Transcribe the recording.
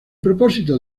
propósito